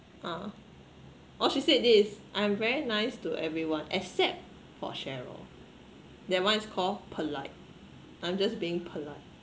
ah oh she said this I'm very nice to everyone except for cheryl that one is called polite I'm just being polite